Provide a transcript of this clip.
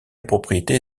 propriété